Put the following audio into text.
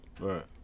Right